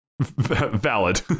Valid